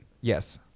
Yes